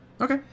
Okay